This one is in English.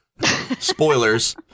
Spoilers